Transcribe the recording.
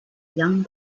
young